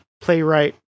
playwright